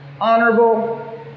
honorable